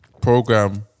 program